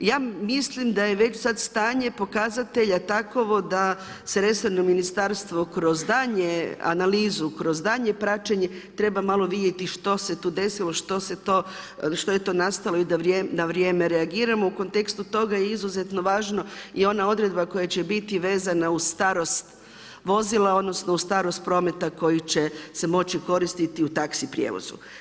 Ja mislim da je već sad stanje pokazatelja takovo da se resorno ministarstvo kroz daljnju analizu, kroz daljnje praćenje treba malo vidjeti što se tu desilo, što je to nastalo i da na vrijeme reagiramo i u kontekstu toga je izuzetno važna i ona odredba koja će biti vezana uz starost vozila, odnosno uz starost prometa koji će se moći koristiti u taxi prijevozu.